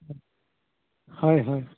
হয় হয়